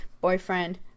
boyfriend